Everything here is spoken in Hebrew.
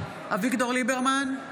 אביגדור ליברמן,